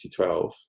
2012